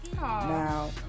Now